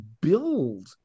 build